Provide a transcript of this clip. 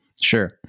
Sure